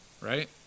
Right